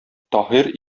таһир